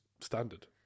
standard